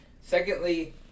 Secondly